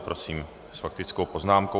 Prosím, s faktickou poznámkou.